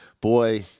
boy